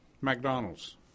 McDonald's